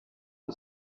who